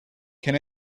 can